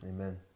Amen